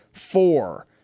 Four